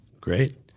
Great